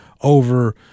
over –